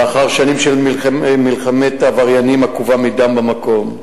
לאחר שנים של מלחמת עבריינים עקובה מדם במקום.